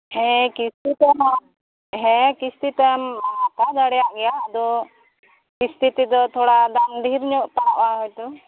ᱦᱮᱸ ᱠᱤᱥᱛᱤ ᱛᱮᱦᱚᱸ ᱦᱮᱸ ᱠᱤᱥᱛᱤ ᱛᱮᱢ ᱦᱟᱛᱟᱣ ᱫᱟᱲᱮᱭᱟᱜ ᱜᱮᱭᱟ ᱟᱫᱚ ᱠᱤᱥᱛᱤ ᱛᱮᱫᱚ ᱫᱟᱢ ᱰᱷᱮᱨ ᱧᱚᱜ ᱯᱟᱲᱟᱜᱼᱟ ᱦᱚᱭᱛᱳ